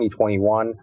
2021